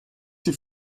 sie